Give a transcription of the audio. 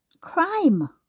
crime